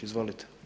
Izvolite.